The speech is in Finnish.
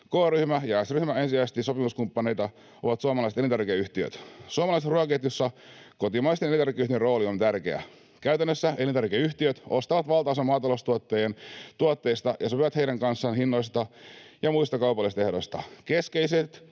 K-ryhmän ja S-ryhmän ensisijaisia sopimuskumppaneita ovat suomalaiset elintarvikeyhtiöt. Suomalaisessa ruokaketjussa kotimaisten elintarvikkeitten rooli on tärkeä. Käytännössä elintarvikeyhtiöt ostavat valtaosan maataloustuottajien tuotteista ja sopivat heidän kanssaan hinnoista ja muista kaupallisista ehdoista.